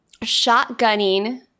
shotgunning